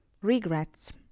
regrets